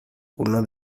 uno